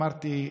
אמרתי,